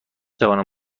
توانم